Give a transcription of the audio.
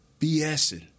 BSing